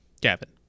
Gavin